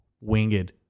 winged